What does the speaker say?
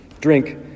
drink